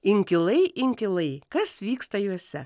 inkilai inkilai kas vyksta juose